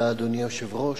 אדוני היושב-ראש,